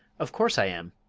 of course i am!